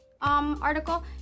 article